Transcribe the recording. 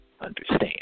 understand